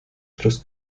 schloss